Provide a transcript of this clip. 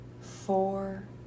four